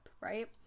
right